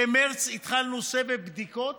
במרס התחלנו סבב בדיקות